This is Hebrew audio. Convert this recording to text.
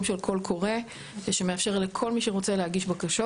של קול קורא שמאפשר לכל מי שרוצה להגיש בקשות.